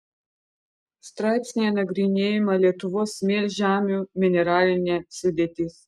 straipsnyje nagrinėjama lietuvos smėlžemių mineralinė sudėtis